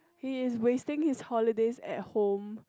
he is wasting his holidays at home